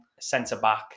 centre-back